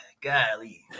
golly